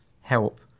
help